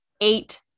eight